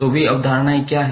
तो वे अवधारणाएं क्या हैं